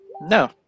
no